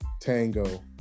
Tango